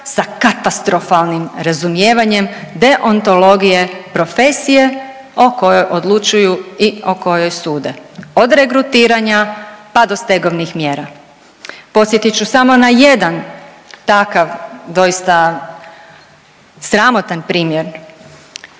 sa katastrofalnim razumijevanjem deontologije profesije o kojoj odlučuju i o kojoj sude od regrutiranja, pa do stegovnih mjera. Podsjetit ću samo na jedan takav doista sramotan primjer.